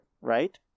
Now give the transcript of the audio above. right